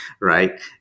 right